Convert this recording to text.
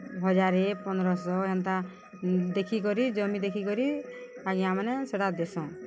ହଜାରେ ପନ୍ଦ୍ରଶ ଏନ୍ତା ଦେଖିକରି ଜମି ଦେଖିକରି ଆଜ୍ଞାମାନେ ସେଟା ଦେସନ୍